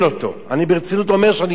אני ברצינות אומר שאני כן מבין אותו,